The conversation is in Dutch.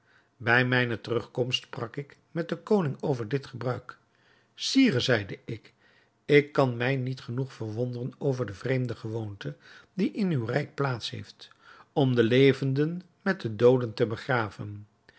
bij mijne terugkomst sprak ik met den koning over dit gebruik sire zeide ik ik kan mij niet genoeg verwonderen over de vreemde gewoonte die in uw rijk plaats heeft om de levenden met de dooden te begraven